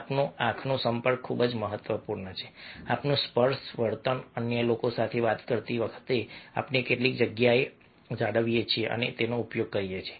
આપણો આંખનો સંપર્ક ખૂબ જ મહત્વપૂર્ણ છે આપણું સ્પર્શ વર્તન અન્ય લોકો સાથે વાત કરતી વખતે આપણે કેટલી જગ્યા જાળવીએ છીએ અને ઉપયોગ કરીએ છીએ